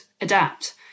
adapt